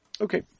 Okay